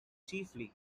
chiefly